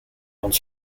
want